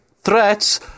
threats